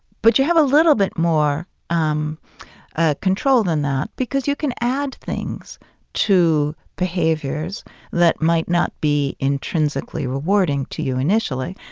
but you have a little bit more um ah control than that because you can add things to behaviors that might not be intrinsically rewarding to you initially.